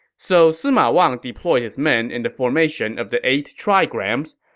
so sima wang deployed his men in the formation of the eight trigrams.